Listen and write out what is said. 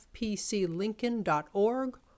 fpclincoln.org